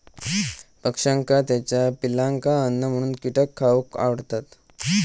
पक्ष्यांका त्याच्या पिलांका अन्न म्हणून कीटक खावक आवडतत